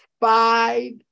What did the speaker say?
Five